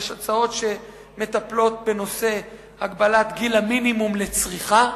יש הצעות שמטפלות בנושא הגבלת גיל המינימום לצריכה,